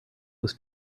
was